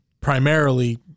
primarily